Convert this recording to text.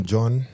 John